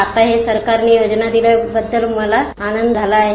आता हे सरकार ने योजना दिल्याबद्दल आनंद झाला आहे